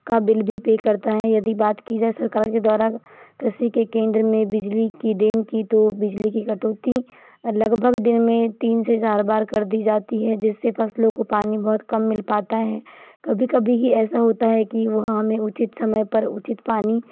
का बिल भी पे करता है यदि बात की जाए सरकार के द्वारा कृषि के केंद्र में बिजली की दिन की तो बिजली की कटौती लगभग दिन में तीन से चार बार कर दी जाती है जिससे फसलों को पानी बहुत कम मिल पाता है कभी कभी ये ऐसा होता है कि वहाँ पर उचित समय पर उचित पानी